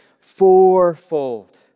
fourfold